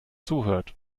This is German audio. zuhört